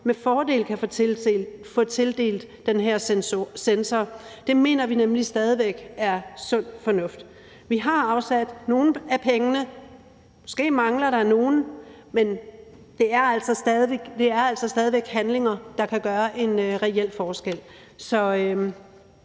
med fordel kan få tildelt den her sensorbaserede måler. Det mener vi nemlig stadig væk er sund fornuft. Vi har afsat nogle af pengene. Måske mangler der nogle, men der er altså stadig væk handlinger, der kan gøre en reel forskel,